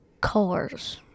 cars